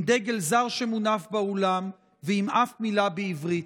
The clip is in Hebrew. עם דגל זר שמונף באולם ועם אף מילה בעברית?